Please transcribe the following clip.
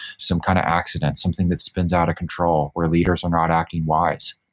some kind of accident, something that spins out of control where leaders are not acting wise.